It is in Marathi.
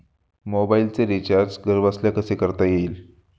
मोबाइलचे रिचार्ज घरबसल्या कसे करता येईल?